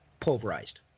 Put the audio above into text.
pulverized